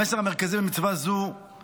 המסר המרכזי במצווה זו הוא